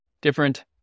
different